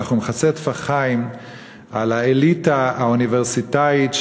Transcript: ומכסה טפחיים על האליטה האוניברסיטאית,